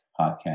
podcast